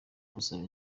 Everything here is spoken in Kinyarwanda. gusaba